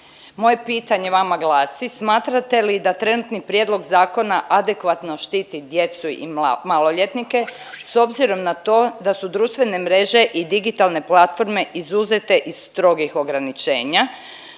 Moje pitanje vama glasi smatrate li da trenutni prijedlog zakona adekvatno štiti djecu i maloljetnike s obzirom na to da su društvene mreže i digitalne platforme izuzete iz strogih ograničenja